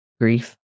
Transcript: grief